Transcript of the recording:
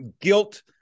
guilt